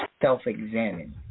self-examine